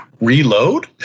reload